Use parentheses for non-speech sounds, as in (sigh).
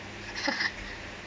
(laughs)